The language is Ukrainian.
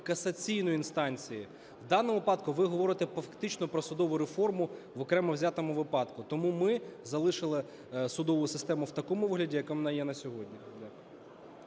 касаційної інстанції. В даному випадку ви говорите фактично про судову реформу в окремо взятому випадку. Тому ми залишили судову систему в такому вигляді, яка вона є на сьогодні.